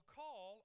call